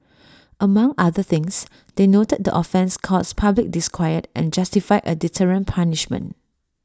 among other things they noted the offence caused public disquiet and justified A deterrent punishment